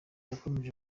yakomeje